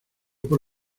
por